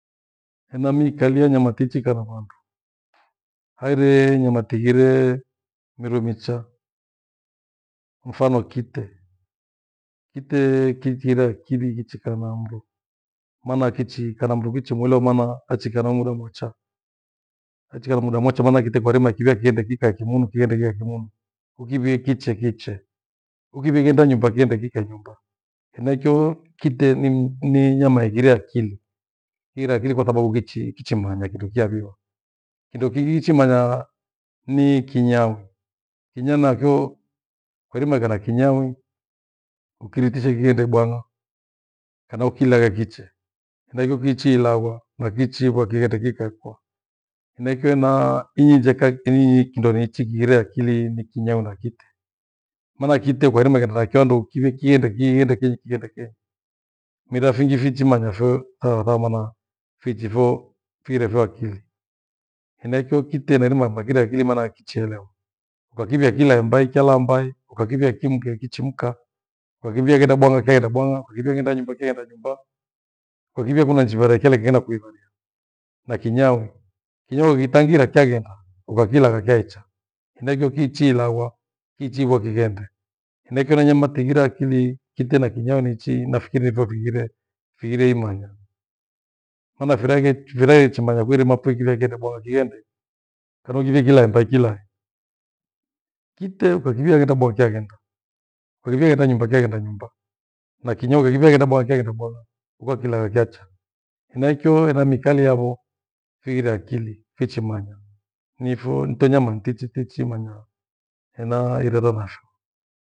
Hena mikhalie nyama tichiika na vandu, haghire nyama tighire mirwe micha. Mfano kite, kite kitire kirichiika na mndu. Maana kichi kana mndovichi mlio mana haichi kana mdo mwecha, achikana mdo mwecha maana atikware maikiwe kiende kikawe kimunu kiendenghe kimunu. Ukivie kiche, kiche, ukivie ghenda nyumba kighende kuikae nyumba. Henaicho kite ni ni inyama ighire akili, ighire akili kwa sababu ngichi kichimanaya kindo cheaviwa. Kindo kingi kichimanya ni kinyawi. kinyanakoo kuerimarika na Kinyawi ukiritishe kighende bwang'a kana ukilaghe kiche. Henaicho kuchi ilaghwa na kichi gwa kihendwe kikaekwa henaicho hana inye njakha kindo niichi gire akili ni kinyawi kana kite. Maana kite kwairimia ghanda kyio andu kyu kiende, kighende kenyi, kiende kenyi. Mera fingi vichimanyasho aah phamana fichifo fikighire akili Enyieekyio kite nairimafa kighire akili kwa maana kicheelewa. Ukakivia kile laambai cha laa mbali, ukakivia kimke kichimka, ukakivia ghenda bwang'a chaghenda bwang'a, ukakivia ghenda nyumba chaghenda nyumba, ukakivia kuna chivare kleye chena kuivaria Na kinyawi, kinyawi ukitangire changhenda, ukakiilagha chaecha henaicho kichi ilagwa ichivyo kighende. Nekyona myama tegire akili ni kite na kinyawi nechi nafikiri hitho vingine fighire imanya. Mana firaeghe viraechimanya viremapweke fighende bwanga vighende. Kana ukivighia kilaenda kilae. Kite ukakivia ghenda bwang'a cha ghenda, ukakivia ghenda nyumba chagheda nyumba na kinywawi ukavia ghenda bwag'a chaghenda bwang'a ngokyilai gacha Haicho hena miikalie havo, kighire akili kichimanya niphonde nyama ntichi tichi manya hena herero napha.